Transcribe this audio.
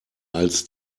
als